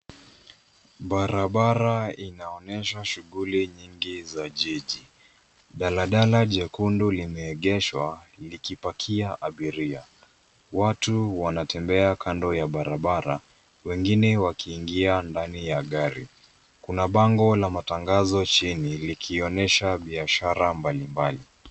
Barabara inaonyesha shughuli nyingi za jiji, daladala jekundu limeegeshwa, likipakia abiria. Watu wanatembea kando ya barabara, wengine wakiingia ndani ya gari. Kuna bango la matangazo chini, likionyesha biashara mbalimbali.